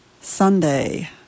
Sunday